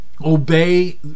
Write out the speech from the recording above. obey